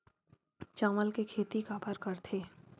चावल के खेती काबर करथे?